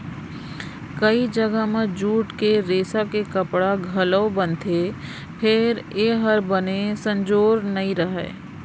कइ जघा म जूट के रेसा के कपड़ा घलौ बनथे फेर ए हर बने संजोर नइ रहय